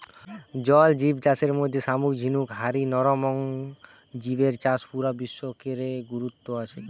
জল জিব চাষের মধ্যে শামুক ঝিনুক হারি নরম অং জিবের চাষ পুরা বিশ্ব রে গুরুত্ব আছে